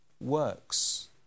works